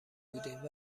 بودیم